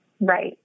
Right